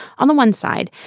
on the one side,